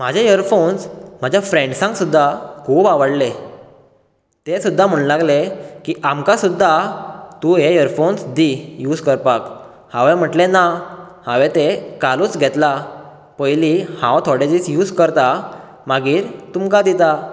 म्हाजे यरफोन्स म्हज्या फ्रेन्डसांक सुद्दां खुब आवडले ते सुद्दां म्हण लागले की आमकां सुद्दां तूं हे यरफोन्स दी यूज करपाक हांवें म्हटले ना हांवें ते कालूच घेतला पयली हांव थोडे दीस यूज करता मागीर तुमकां दिता